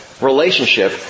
relationship